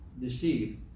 deceived